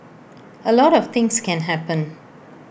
A lot of things can happen